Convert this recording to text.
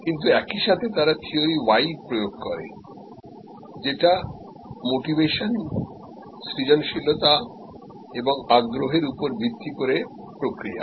কিন্তু একইসাথে তারা থিওরি Y প্রয়োগ করে যেটা মোটিভেশন সৃজনশীলতা এবং আগ্রহের উপর ভিত্তি করে প্রক্রিয়া